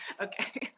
Okay